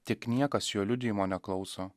tik niekas jo liudijimo neklauso